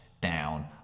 down